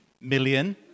million